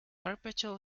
perpetual